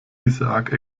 isaak